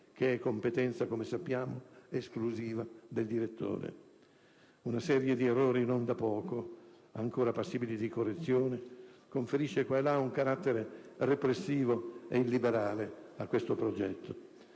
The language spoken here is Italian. è competenza esclusiva del direttore. Una serie di errori non da poco, ancora passibili di correzione, conferisce qua e là un carattere repressivo e illiberale a questo progetto,